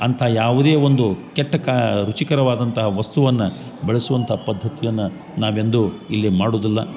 ಅಂಥ ಯಾವುದೇ ಒಂದು ಕೆಟ್ಟ ಕಾ ರುಚಿಕರವಾದಂಥ ವಸ್ತುವನ್ನ ಬಳ್ಸುವಂಥ ಪಧ್ಧತಿಯನ್ನ ನಾವೆಂದು ಇಲ್ಲಿ ಮಾಡುದಿಲ್ಲ